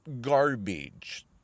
garbage